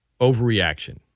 overreaction